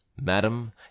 Madam